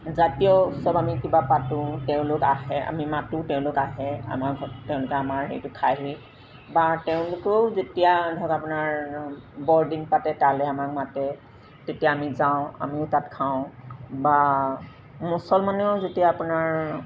জাতীয় উৎসৱ আমি কিবা পাতোঁ তেওঁলোক আহে আমি মাতোঁ তেওঁলোক আহে আমাৰ ঘৰত তেওঁলোকে আমাৰ হেৰিটো খাইহি বা তেওঁলোকেও যেতিয়া ধৰক আপোনাৰ বৰদিন পাতে তালৈ আমাক মাতে তেতিয়া আমি যাওঁ আমিও তাত খাওঁ বা মুছলমানেও যেতিয়া আপোনাৰ